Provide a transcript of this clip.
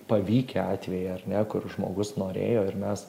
pavykę atvejai ar ne kur žmogus norėjo ir mes